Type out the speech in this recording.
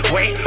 Wait